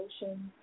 emotions